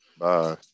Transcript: Bye